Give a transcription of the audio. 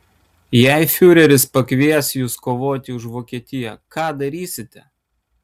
jei fiureris pakvies jus kovoti už vokietiją ką darysite